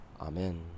Amen